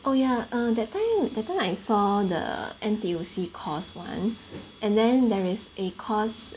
oh ya err that time that time I saw the N_T_U_C course [one] and then there is a course